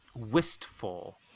wistful